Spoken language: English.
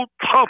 tough